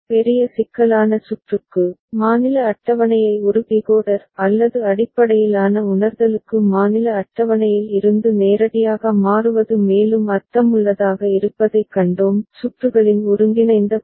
பெரிய சிக்கலான சுற்றுக்கு மாநில அட்டவணையை ஒரு டிகோடர் அல்லது அடிப்படையிலான உணர்தலுக்கு மாநில அட்டவணையில் இருந்து நேரடியாக மாற்றுவது மேலும் அர்த்தமுள்ளதாக இருப்பதைக் கண்டோம் சுற்றுகளின் ஒருங்கிணைந்த பகுதி